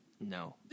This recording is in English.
No